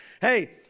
Hey